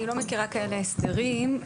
אני לא מכירה הסדרים כאלו.